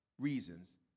reasons